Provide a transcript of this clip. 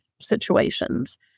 situations